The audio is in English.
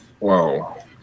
Wow